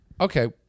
okay